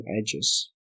edges